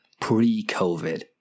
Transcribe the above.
pre-COVID